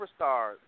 Superstars